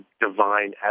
divine